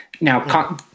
Now